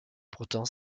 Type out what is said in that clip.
pourtant